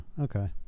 okay